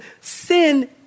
sin